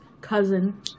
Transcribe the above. cousin